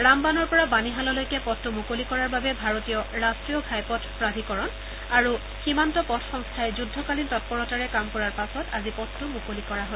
ৰামবানৰ পৰা বানিহাললৈকে পথটো মুকলি কৰাৰ বাবে ভাৰতীয় ৰাষ্ট্ৰীয় ঘাইপথ প্ৰাধিকৰণ আৰু সীমান্ত পথ সংস্থাই যুদ্ধকালীন তৎপৰতাৰে কাম কৰাৰ পাছত আজি পথটো মুকলি কৰা হয়